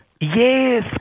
Yes